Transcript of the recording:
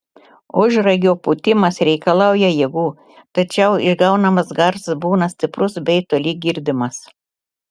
ožragio pūtimas reikalauja jėgų tačiau išgaunamas garsas būna stiprus bei toli girdimas